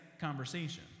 conversation